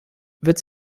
wird